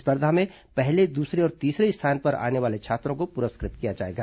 स्पर्धा में पहले दूसरे और तीसरे स्थान पर आने वाले छात्रों को पुरस्कृत किया जाएगा